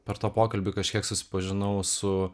per tą pokalbį kažkiek susipažinau su